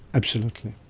absolutely,